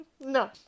no